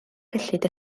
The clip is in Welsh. cyllid